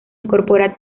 incorpora